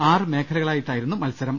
O മേഖലകളായിട്ടായിരുന്നു മത്സരം